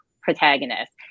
protagonist